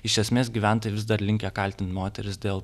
iš esmės gyventojai vis dar linkę kaltint moteris dėl